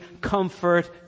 comfort